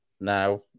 Now